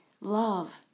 Love